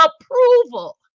approval